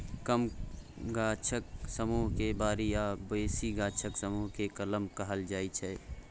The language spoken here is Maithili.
कम गाछक समुह केँ बारी आ बेसी गाछक समुह केँ कलम कहल जाइ छै